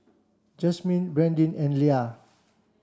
Jasmyne Brandin and Lia